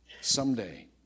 Someday